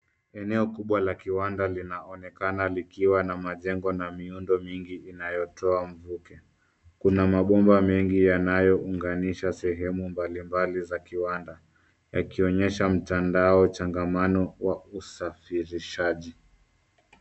Eneo kubwa la kiwanda linaonekana likiwa na majengo na miundo mingi inayotoa mvuke. Kuna mabomba mengi yanayounganisha sehemu mbalimbali za kiwanda yakionyesha mtandao changamano wa usafirishaji.